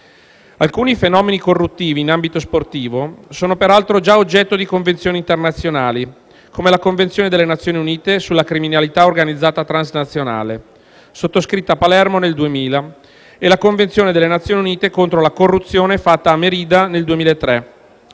Alcuni fenomeni corruttivi in ambito sportivo sono peraltro già oggetto di convenzioni internazionali, come la Convenzione delle Nazioni Unite sulla criminalità organizzata transnazionale, sottoscritta a Palermo nel 2000 e la Convenzione delle Nazioni Unite contro la corruzione siglata a Merida nel 2003,